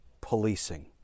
policing